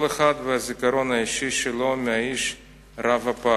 כל אחד והזיכרון האישי שלו מהאיש רב-הפעלים.